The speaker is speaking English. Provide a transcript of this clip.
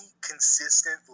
consistent